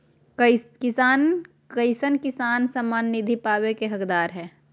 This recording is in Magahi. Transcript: कईसन किसान किसान सम्मान निधि पावे के हकदार हय?